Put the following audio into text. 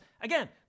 again